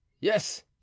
yes